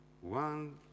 one